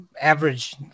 average